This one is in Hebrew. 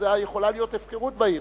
יכולה להיות הפקרות בעיר.